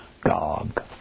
Gog